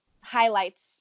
highlights